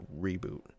reboot